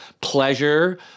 pleasure